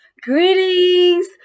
Greetings